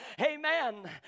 Amen